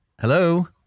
Hello